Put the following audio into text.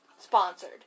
sponsored